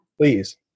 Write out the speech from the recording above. Please